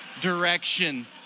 direction